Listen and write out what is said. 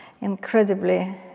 incredibly